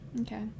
okay